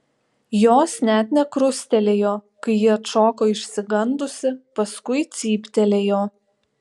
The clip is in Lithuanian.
jos net nekrustelėjo kai ji atšoko išsigandusi paskui cyptelėjo